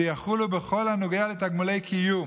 שיחולו בכל הנוגע לתגמולי קיום,